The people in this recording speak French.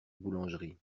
boulangerie